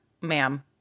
ma'am